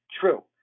True